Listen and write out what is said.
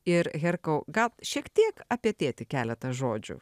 ir herkau gal šiek tiek apie tėtį keletą žodžių